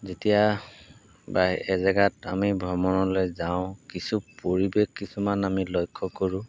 যেতিয়া বা এজেগাত আমি ভ্ৰমণলৈ যাওঁ কিছু পৰিৱেশ কিছুমান আমি লক্ষ্য কৰোঁ